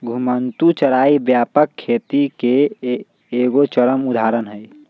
घुमंतू चराई व्यापक खेती के एगो चरम उदाहरण हइ